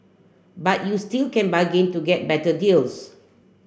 but you still can bargain to get better deals